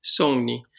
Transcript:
Sony